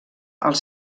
als